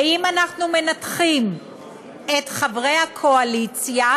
ואם אנחנו מנתחים מבחינת חברי הקואליציה,